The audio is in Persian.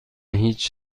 هیچ